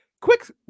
Quick